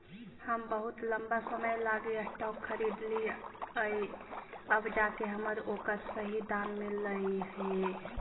हम बहुत लंबा समय लागी स्टॉक खरीदलिअइ अब जाके हमरा ओकर सही दाम मिललई हे